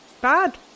bad